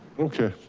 okay.